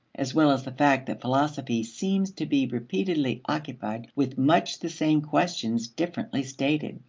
as well as the fact that philosophy seems to be repeatedly occupied with much the same questions differently stated.